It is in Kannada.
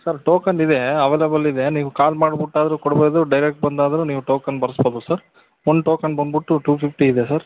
ಸರ್ ಟೋಕನ್ ಇದೆ ಅವೈಲೇಬಲ್ ಇದೆ ನೀವು ಕಾಲ್ ಮಾಡ್ಬಿಟ್ಟಾದ್ರು ಕೊಡ್ಬೋದು ಡೈರೆಕ್ಟ್ ಬಂದಾದರೂ ನೀವು ಟೋಕನ್ ಬರೆಸ್ಬೋದು ಸರ್ ಒನ್ ಟೋಕನ್ ಬಂದ್ಬಿಟ್ಟು ಟು ಫಿಫ್ಟಿ ಇದೆ ಸರ್